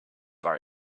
bar